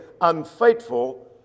unfaithful